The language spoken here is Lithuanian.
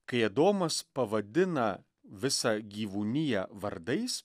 kai adomas pavadina visą gyvūniją vardais